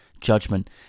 judgment